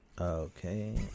Okay